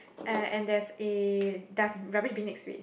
uh and there's a dust rubbish bin next to it